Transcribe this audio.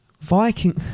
Viking